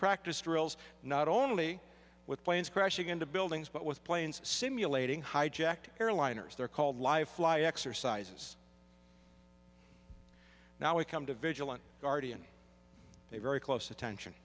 practice drills not only with planes crashing into buildings but with planes simulating hijacked airliners they're called live fly exercises now we come to vigilant guardian they very close attention